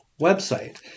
website